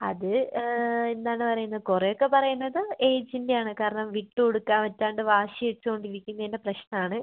അത് എന്താണ് പറയുന്ന കുറെ ഒക്കെ പറയുന്നത് ഏജിൻ്റെ ആണ് കാരണം വിട്ട് കൊടുക്കാൻ പറ്റാണ്ട് വാശി വച്ചോണ്ടിരിക്കുന്നതിന്റെ പ്രശ്നം ആണ്